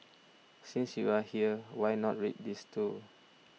since you are here why not read these too